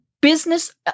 business